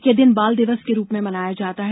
यह दिन बाल दिवस के रूप में मनाया जाता है